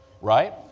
Right